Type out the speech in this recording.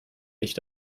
nicht